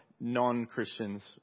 non-Christians